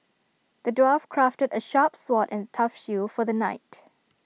the dwarf crafted A sharp sword and tough shield for the knight